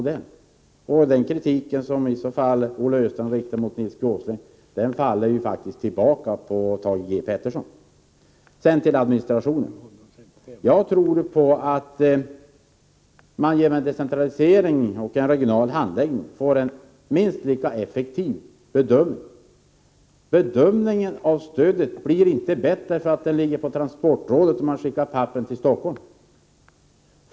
Den kritik som Olle Östrand här riktar mot Nils G. Åsling faller därför faktiskt tillbaka på Thage G. Peterson. Jag tror att vi genom en decentralisering av administrationen och en regional handläggning får en minst lika effektiv bedömning som nu. Bedömningen av stödet blir inte bättre därför att ansvaret ligger på transportrådet och papperna skickas till Stockholm.